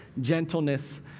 gentleness